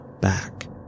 back